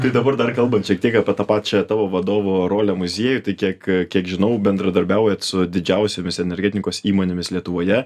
tai dabar dar kalbant šiek tiek apie tą pačią tavo vadovo rolę muziejuj tai kiek kiek žinau bendradarbiaujat su didžiausiomis energetikos įmonėmis lietuvoje